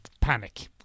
Panic